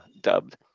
dubbed